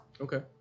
Okay